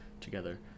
together